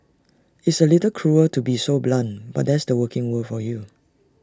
it's A little cruel to be so blunt but that's the working world for you